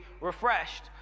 refreshed